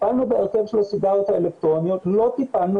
טיפלנו בהרכב של הסיגריות האלקטרוניות אבל לא טיפלנו